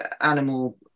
animal